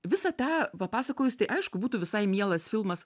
visą tą papasakojus tai aišku būtų visai mielas filmas